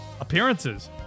appearances